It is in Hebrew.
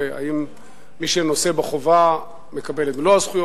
והאם מי שנושא בחובה מקבל את מלוא הזכויות,